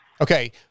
Okay